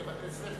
אני מציע לעצמנו